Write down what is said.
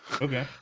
Okay